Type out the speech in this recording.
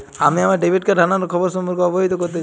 আমি আমার debit card হারানোর খবর সম্পর্কে অবহিত করতে চাই